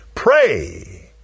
Pray